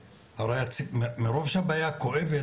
מרוב שהבעיה כואבת,